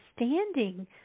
understanding